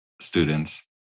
students